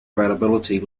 availability